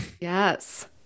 Yes